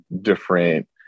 different